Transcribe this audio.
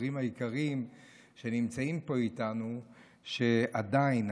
לחברים היקרים שנמצאים פה איתנו שעדיין,